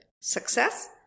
success